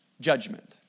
judgment